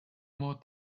more